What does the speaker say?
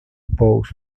pose